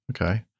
Okay